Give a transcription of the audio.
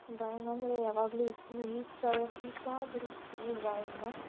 drawing ಅಂದರೆ ಯಾವಾಗಲೂ ಇಷ್ಟವೇ ಈಗ ಸಹ ಈಗ ಸಹ ಬಿಡ್ಸ್ತೀನಿ ಡ್ರಾಯಿಂಗನ್ನ